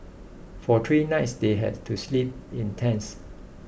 for three nights they had to sleep in tents